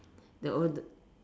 the older